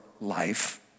life